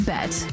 Bet